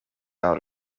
out